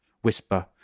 Whisper